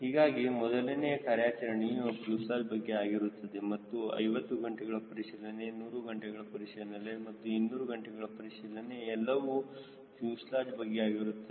ಹೀಗಾಗಿ ಮೊದಲನೇ ಕಾರ್ಯಾಚರಣೆಯು ಫ್ಯೂಸೆಲಾಜ್ ಬಗ್ಗೆ ಆಗಿರುತ್ತದೆ ಅದು 50 ಗಂಟೆಗಳ ಪರಿಶೀಲನೆ 100 ಗಂಟೆಗಳ ಪರಿಶೀಲನೆ 200 ಗಂಟೆಗಳ ಪರಿಶೀಲನೆ ಹೊಂದಿರುತ್ತದೆ ಎಲ್ಲವೂ ಫ್ಯೂಸೆಲಾಜ್ ಬಗ್ಗೆ ಆಗಿರುತ್ತದೆ